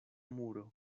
muro